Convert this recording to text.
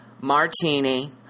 martini